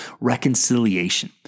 reconciliation